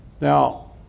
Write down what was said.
Now